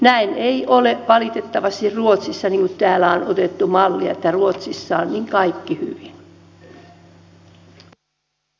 näin ei ole valitettavasti ruotsissa vaikka täällä on otettu sieltä mallia kun ruotsissa on kaikki niin hyvin